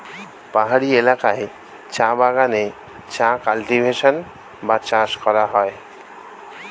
পাহাড়ি এলাকায় চা বাগানে চা কাল্টিভেশন বা চাষ করা হয়